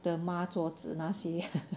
the 抹桌子那些